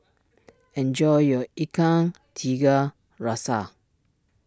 enjoy your Ikan Tiga Rasa